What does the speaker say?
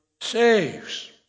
saves